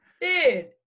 Dude